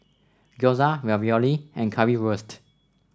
Gyoza Ravioli and Currywurst